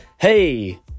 Hey